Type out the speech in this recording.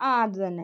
ആ അത് തന്നെ